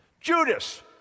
Judas